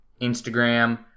Instagram